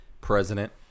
president